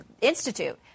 Institute